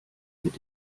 mit